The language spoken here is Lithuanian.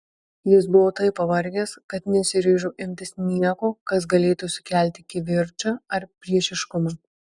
jis buvo taip pavargęs kad nesiryžo imtis nieko kas galėtų sukelti kivirčą ar priešiškumą